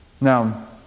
Now